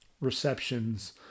receptions